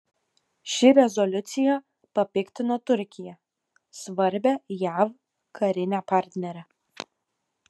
ši rezoliucija papiktino turkiją svarbią jav karinę partnerę